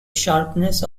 sharpness